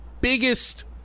biggest